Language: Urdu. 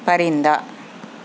پرندہ